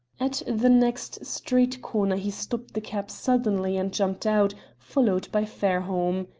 at the next street corner he stopped the cab suddenly, and jumped out, followed by fairholme.